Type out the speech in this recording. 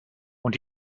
und